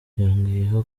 yongeyeho